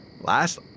Last